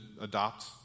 adopt